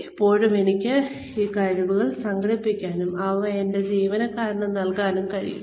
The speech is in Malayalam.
അപ്പോഴേക്കും എനിക്ക് ആ കഴിവുകൾ സംഘടിപ്പിക്കാനും അവ എന്റെ ജീവനക്കാർക്ക് നൽകാനും കഴിയും